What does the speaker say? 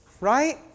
Right